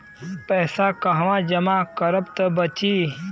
पैसा कहवा जमा करब त बची?